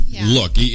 look